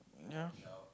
yeah